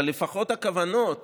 אבל לפחות הכוונות